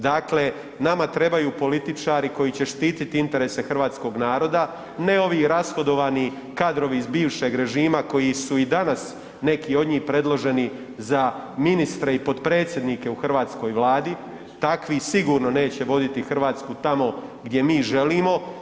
Dakle, nama trebaju političari koji će štititi interese hrvatskog naroda, ne ovi rashodovani kadrovi iz bivšeg režima koji su i danas neki od njih predloženi za ministre i potpredsjednike u hrvatskoj Vladi, takvi sigurno neće voditi Hrvatsku tamo gdje mi želimo.